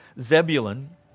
Zebulun